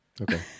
Okay